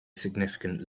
significant